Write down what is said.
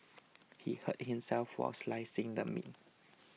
he hurt himself while slicing the meat